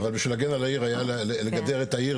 אבל בשביל להגן על העיר היה צריך לגדר את העיר,